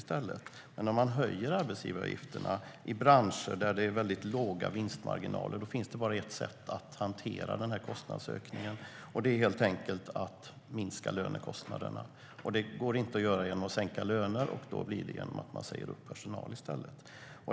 Men om man höjer arbetsgivaravgiften i branscher där det är väldigt låga vinstmarginaler finns det bara ett sätt att hantera denna kostnadsökning, och det är helt enkelt att minska lönekostnaderna. Det går inte att göra genom sänkta löner, utan då säger man upp personal i stället.